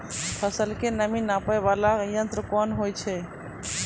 फसल के नमी नापैय वाला यंत्र कोन होय छै